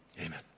Amen